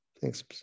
Thanks